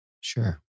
Sure